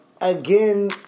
Again